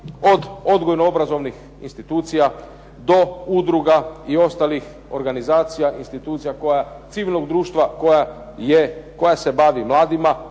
od odgojno-obrazovnih institucija do udruga i ostalih organizacija, institucija, civilnog društva koja se bavi mladima